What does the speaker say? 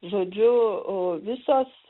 žodžiu visos